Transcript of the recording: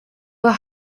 were